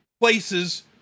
places